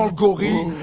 ah going